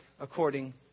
according